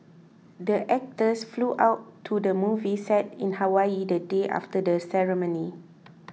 the actors flew out to the movie set in Hawaii the day after the ceremony